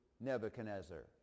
Nebuchadnezzar